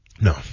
No